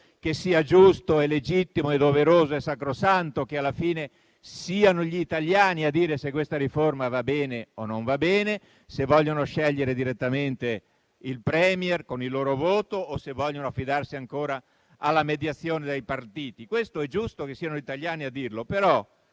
che sia giusto, legittimo, doveroso e sacrosanto che alla fine siano gli italiani a dire se questa riforma va bene o non va bene, se vogliono scegliere direttamente il *Premier* con il loro voto o se vogliono affidarsi ancora alla mediazione dei partiti. Questo è giusto che siano gli italiani a dirlo.